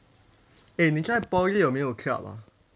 eh 你在 poly 有没有 club ah